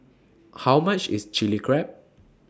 How much IS Chilli Crab